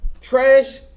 Trash